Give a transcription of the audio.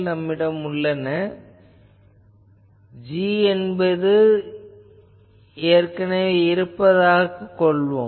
என்னிடம் g என்பது ஏற்கனவே உள்ளது எனக் கொள்வோம்